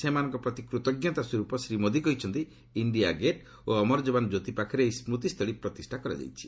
ସେମାନଙ୍କ ପ୍ରତି କୃତଜ୍ଞତା ସ୍ୱରୂପ ଶ୍ରୀ ମୋଦି କହିଛନ୍ତି ଇଣ୍ଡିଆ ଗେଟ୍ ଓ ଅମର ଯବାନ ଜ୍ୟୋତି ପାଖରେ ଏହି ସ୍କୁତି ସ୍ଥଳି ପ୍ରତିଷ୍ଠା କରାଯାଇଛି